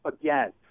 again